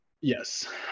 Yes